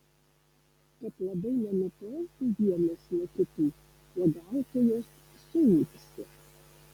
kad labai nenutoltų vienos nuo kitų uogautojos suūksi